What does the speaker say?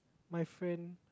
my friend